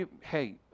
Hey